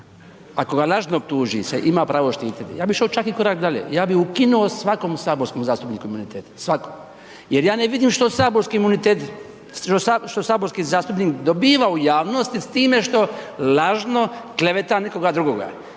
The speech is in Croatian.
ako ga lažno optuži se ima pravo štititi. Ja bih išao čak i korak dalje, ja bih ukinuo svakom saborskom zastupniku imunitet, svakom. Jer ja ne vidim što saborski imunitet, što saborski zastupnik dobiva u javnosti s time što lažno kleveta nekoga drugoga